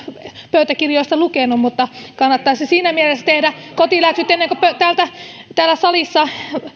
pöytäkirjoista lukenut kannattaisi siinä mielessä tehdä kotiläksyt ennen kuin täällä salissa